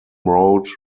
road